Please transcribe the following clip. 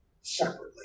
separately